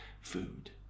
food